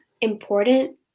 important